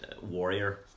warrior